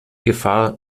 gefahr